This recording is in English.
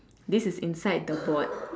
this is inside the board